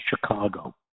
Chicago